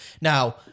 Now